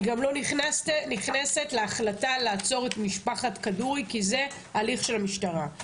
אני גם לא נכנסת להחלטה לעצור את משפחת כדורי כי זה הליך של המשטרה.